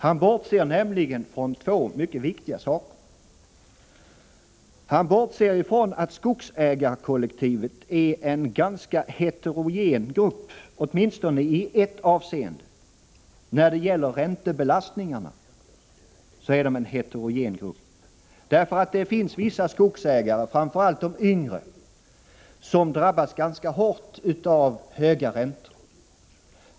Han bortser nämligen från två mycket viktiga förhållanden. Han bortser från att skogsägarkollektivet är en ganska heterogen grupp, åtminstone i ett visst avseende: när det gäller räntebelastningarna. Det finns vissa skogsägare, framför allt de yngre, som har drabbats ganska hårt av höga räntor.